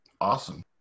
Awesome